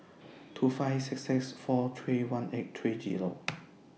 two five six six four three one eight three Zero